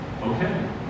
Okay